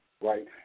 Right